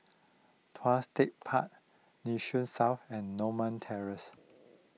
Tuas Tech Park Nee Soon South and Norma Terrace